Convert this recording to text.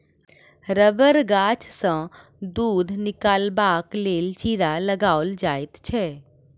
रबड़ गाछसँ दूध निकालबाक लेल चीरा लगाओल जाइत छै